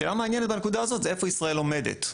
שאלה מעניינת בנקודה הזאת היא איפה ישראל עומדת.